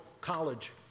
college